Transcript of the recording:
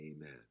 amen